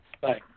Bye